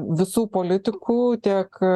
visų politikų tiek